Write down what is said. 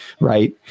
Right